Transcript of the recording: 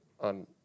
on